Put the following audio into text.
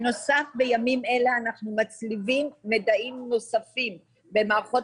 בנוסף בימים אלה אנחנו מצליבים מידעים נוספים במערכות